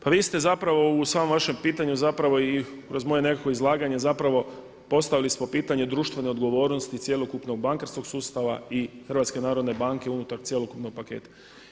Pa vi ste zapravo u samom vašem pitanju zapravo i kroz moje nekakvo izlaganje zapravo postavili smo pitanje društvene odgovornosti i cjelokupnog bankarskog sustava i HNB-a unutar cjelokupnog paketa.